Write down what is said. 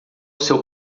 seu